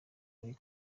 muri